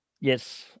Yes